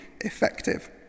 effective